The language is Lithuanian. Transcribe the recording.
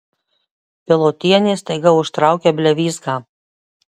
pilotienė staiga užtraukia blevyzgą